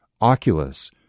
Oculus